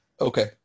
Okay